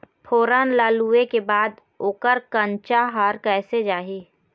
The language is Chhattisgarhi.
फोरन ला लुए के बाद ओकर कंनचा हर कैसे जाही?